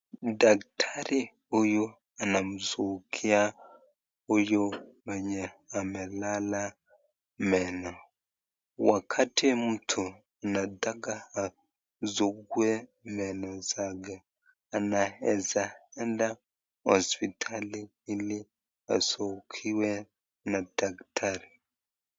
Daktari huyu anamsugua huyu mwenye amelala meno, wakati mtu anataka asugue meno zake anaeza enda hosiptali ili asuguliwe na daktari.